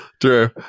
True